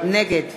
נגד